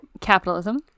capitalism